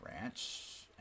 Ranch